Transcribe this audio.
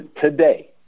today